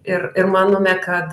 ir ir manome kad